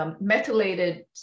methylated